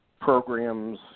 programs